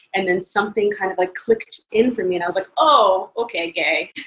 and then something kind of like clicked in for me. and i was like, oh, okay. gay.